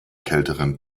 kälteren